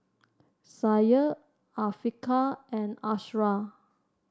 Syah Afiqah and Ashraf